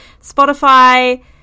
spotify